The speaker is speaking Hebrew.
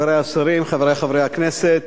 חברי השרים, חברי חברי הכנסת,